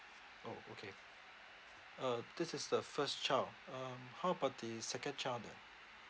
orh okay uh this is the first child um how about the second child then